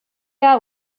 out